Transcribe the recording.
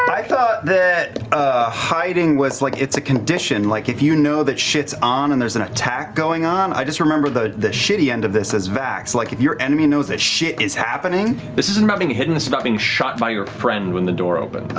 i thought that hiding was like, it's a condition, like if you know that shit's on and there's an attack going on, i just remember the the shitty end of this as vax, like if your enemy knows that shit is happening. matt this isn't about being hidden, this about being shot by your friend when the door opens.